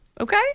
Okay